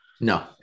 no